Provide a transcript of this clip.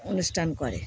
অনুষ্ঠান করে